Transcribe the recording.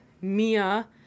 Mia